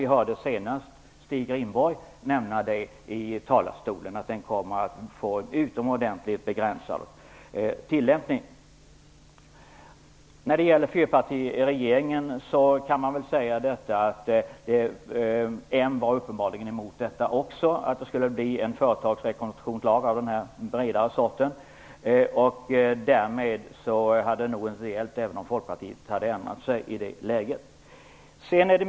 Vi hörde senast Stig Rindborg nämna att lagen kommer att få en utomordentligt begränsad tillämpning. I fyrpartiregeringen var m uppenbarligen emot en företagsrekonstruktionslag av det bredare slaget. Därmed hade det nog inte blivit av, även om Folkpartiet hade ändrat sig i det läget.